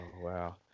wow